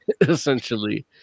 essentially